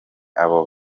abo